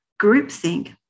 groupthink